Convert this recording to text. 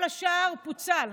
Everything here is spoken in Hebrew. כל השאר פוצל.